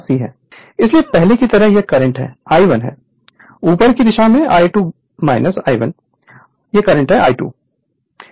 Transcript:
इसलिएपहले की तरह यह करंट I1 है ऊपर की दिशा I2 I1 और यह करंट है I2 है